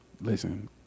listen